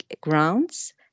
grounds